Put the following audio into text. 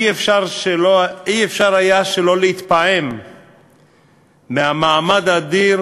לא היה אפשר שלא להתפעם מהמעמד האדיר